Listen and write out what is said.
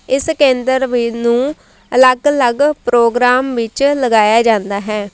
ਇਸ ਕੇਂਦਰ ਵੀ ਨੂੰ ਅਲੱਗ ਅਲੱਗ ਪ੍ਰੋਗਰਾਮ ਵਿੱਚ ਲਗਾਇਆ ਜਾਂਦਾ ਹੈ